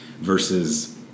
versus